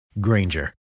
Granger